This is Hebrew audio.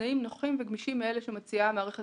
בתנאים נוחים וגמישים מאלה שמציעה המערכת